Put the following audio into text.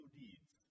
deeds